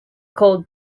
called